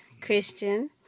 Christian